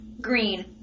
green